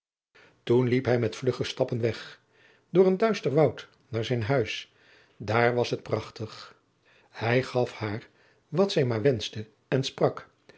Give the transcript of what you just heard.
toen liep hij met vlugge stappen weg door een duister woud naar zijn huis daar was het prachtig hij gaf haar wat zij maar wenschte en sprak